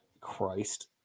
Christ